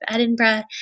Edinburgh